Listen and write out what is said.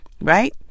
right